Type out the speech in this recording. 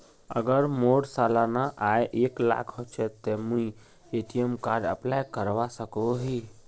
अगर मोर सालाना आय एक लाख होचे ते मुई ए.टी.एम कार्ड अप्लाई करवा सकोहो ही?